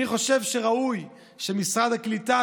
אני חושב שראוי שמשרד הקליטה,